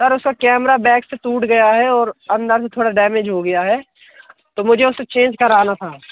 sir उसका camera back से टूट गया है और अंदर भी थोड़ा डैमेज हो गया है तो मुझे उसे चेंज कराना था